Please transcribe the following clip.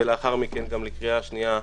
ולאחר מכן גם לקריאה שנייה ושלישית.